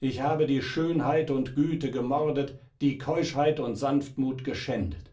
ich habe die schönheit und güte gemordet die keuschheit und sanftmut geschändet